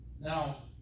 Now